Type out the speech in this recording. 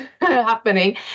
happening